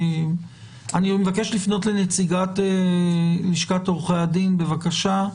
אני מבקש לפנות לנציגת לשכת עורכי הדין, בבקשה.